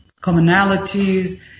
commonalities